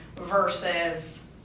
versus